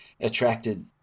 attracted